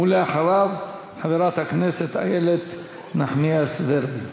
ואחריו, חברת הכנסת איילת נחמיאס ורבין.